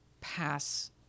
pass